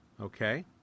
Okay